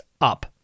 up